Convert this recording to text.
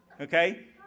okay